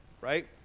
right